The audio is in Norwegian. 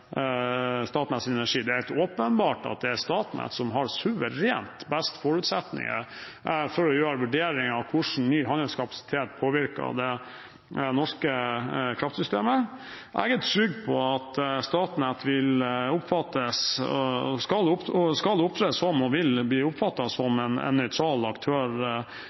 Det er åpenbart at det er Statnett som har suverent best forutsetninger for å gjøre vurdering av hvordan ny handelskapasitet påvirker det norske kraftsystemet. Jeg er trygg på at Statnett skal opptre som og vil bli oppfattet som en nøytral aktør